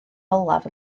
olaf